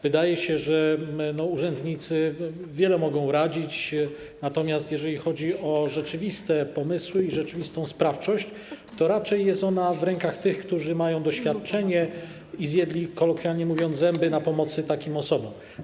Wydaje się, że urzędnicy wiele mogą radzić, natomiast jeżeli chodzi o rzeczywiste pomysły i rzeczywistą sprawczość, to raczej jest ona w rękach tych, którzy mają doświadczenie, i kolokwialnie mówiąc, zjedli zęby na pomocy takim osobom.